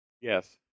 Yes